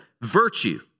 virtue